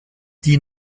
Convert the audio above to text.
die